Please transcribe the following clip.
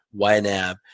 YNAB